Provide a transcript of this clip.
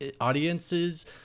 audience's